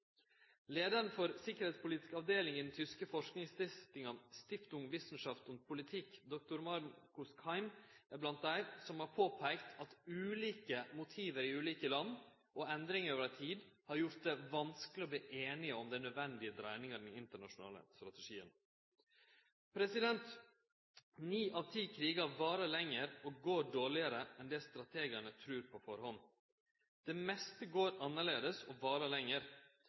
for tryggingspolitisk avdeling i den tyske forskingsstiftinga «Stiftung Wissenschaft und Politik», dr. Markus Kaim, er blant dei som har påpeikt at ulike motiv i ulike land, og endringar over tid, har gjort det vanskeleg å verte einige om den nødvendige dreiinga i den internasjonale strategien. Ni av ti krigar varer lenger og går dårlegare enn det strategane trur på førehand. Det meste går annleis og varer lenger.